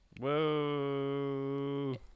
Whoa